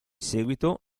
seguito